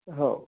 हो